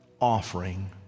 offering